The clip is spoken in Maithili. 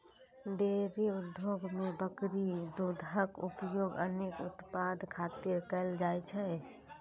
डेयरी उद्योग मे बकरी दूधक उपयोग अनेक उत्पाद खातिर कैल जाइ छै